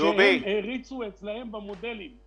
שהם הניחו אצלם במודלים.